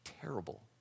terrible